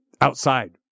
outside